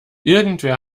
irgendwer